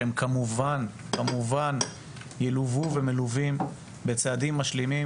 שכמובן ילוו ומלווים בצעדים משלימים